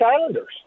Islanders